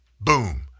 boom